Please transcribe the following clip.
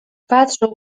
patrzył